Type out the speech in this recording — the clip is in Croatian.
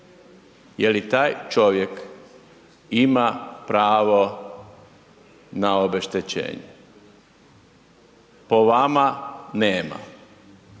je li taj čovjek ima pravo na obeštećenje? Po vama nema,